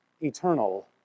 eternal